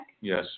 Yes